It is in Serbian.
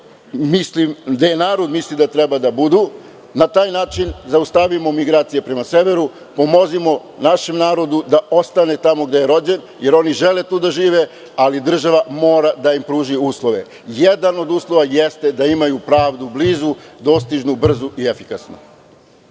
tamo gde narod misli da treba da budu. Na naj način zaustavimo migracije prema severu. Pomozimo našem narodu da ostane tamo gde je rođen, jer oni žele tu da žive, ali država mora da im pruži uslove. Jedan od uslova jeste da imaju pravdu blizu, dostižnu, brzu i efikasnu.